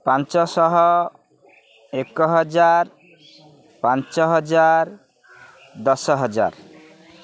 ପାଞ୍ଚଶହ ଏକ ହଜାର ପାଞ୍ଚ ହଜାର ଦଶ ହଜାର